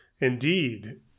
Indeed